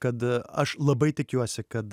kad aš labai tikiuosi kad